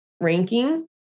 ranking